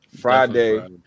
Friday